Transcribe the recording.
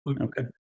Okay